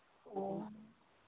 ओ